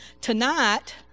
tonight